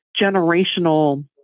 generational